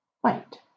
White